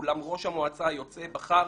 אולם ראש המועצה היוצא בחר